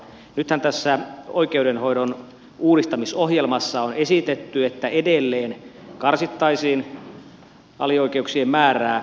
nythän tässä oikeudenhoidon uudistamisohjelmassa on esitetty että edelleen karsittaisiin alioikeuksien määrää